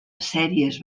sèries